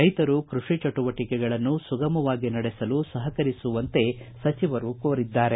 ರೈತರು ಕೃಷಿ ಚಟುವಟಿಕೆಗಳನ್ನು ಸುಗಮವಾಗಿ ನಡೆಸಲು ಸಹಕರಿಸುವಂತೆ ಕೋರಿದ್ದಾರೆ